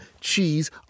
cheese